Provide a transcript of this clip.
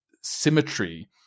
symmetry